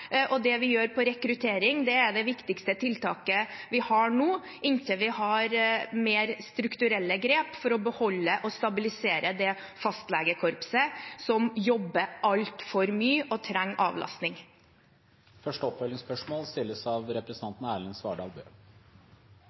Det vi gjør på rekruttering, er det viktigste tiltaket vi har nå, inntil vi har mer strukturelle grep for å beholde og stabilisere det fastlegekorpset som jobber altfor mye, og som trenger avlastning. Erlend Svardal Bøe – til oppfølgingsspørsmål.